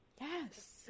Yes